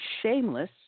shameless